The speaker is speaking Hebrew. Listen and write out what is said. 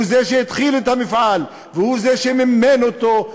הוא זה שהתחיל את המפעל והוא זה שמימן אותו,